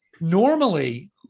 Normally